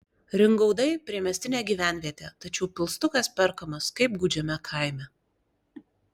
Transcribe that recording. ringaudai priemiestinė gyvenvietė tačiau pilstukas perkamas kaip gūdžiame kaime